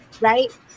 right